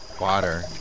water